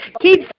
keep